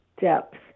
depth